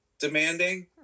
demanding